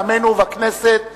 בעמנו ובכנסת.